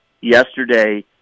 yesterday